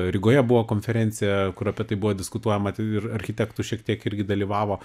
rygoje buvo konferencija kur apie tai buvo diskutuojama tai ir architektų šiek tiek irgi dalyvavo